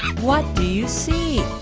what do you see?